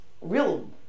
real